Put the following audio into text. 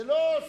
זאת לא זכותו,